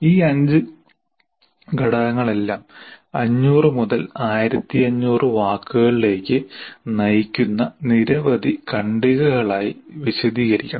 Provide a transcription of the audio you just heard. ഈ 5 ഘടകങ്ങളെല്ലാം 500 മുതൽ 1500 വാക്കുകളിലേക്ക് നയിക്കുന്ന നിരവധി ഖണ്ഡികകളായി വിശദീകരിക്കണം